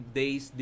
days